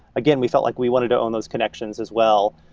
again, we felt like we wanted to own those connections as well.